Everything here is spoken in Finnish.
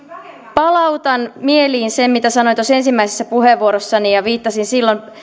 palautan mieliin sen mitä sanoin ensimmäisessä puheenvuorossani viittasin silloin